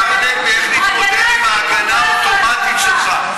השר הנגבי, איך נתמודד עם ההגנה האוטומטית שלך,